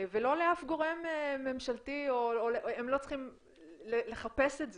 ולא לאף גורם ממשלתי, הם לא צריכים לחפש את זה.